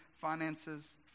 finances